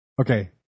Okay